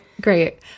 Great